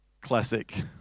Classic